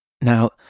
Now